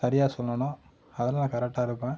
சரியாக சொல்லணுன்னா அதில் நான் கரெக்டாக இருப்பேன்